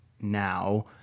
now